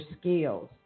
skills